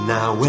Now